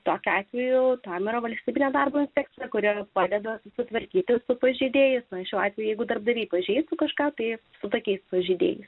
tokiu atveju kamera valstybinė darbo inspekcija kuri padeda susitvarkyti su pažeidėjais važiuoti jeigu darbdaviai pažeis kažką bei su tokiais sužeidė